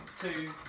two